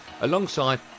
alongside